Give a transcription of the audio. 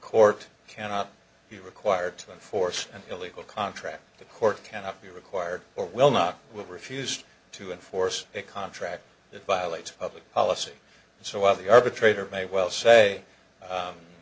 court cannot be required to enforce an illegal contract the court cannot be required or will not with refused to enforce a contract that violate public policy and so while the arbitrator may well say